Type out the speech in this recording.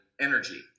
Energy